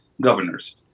governors